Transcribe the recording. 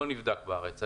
לא נבדק בארץ.